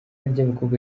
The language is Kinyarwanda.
ry’abakobwa